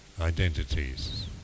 identities